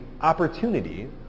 opportunity